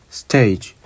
stage